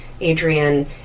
Adrian